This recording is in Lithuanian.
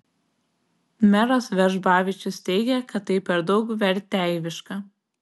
meras vežbavičius teigė kad tai per daug verteiviška